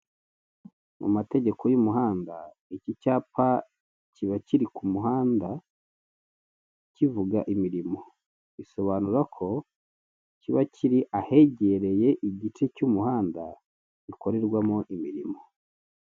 Mu mategeko y'umuhanda iki cyapa kiba kiri ku muhanda kivuga imirimo. Bisobanura ko kiba kiri ahegereye igice cy'umuhanda gikorerwamo imirimo.